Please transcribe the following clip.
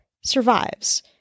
survives